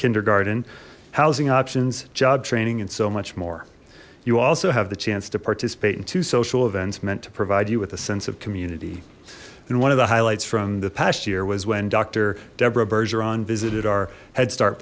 kindergarden housing options job training and so much more you also have the chance to participate in two social events meant to provide you with a sense of community and one of the highlights from the past year was when doctor deborah bergeron visited our head start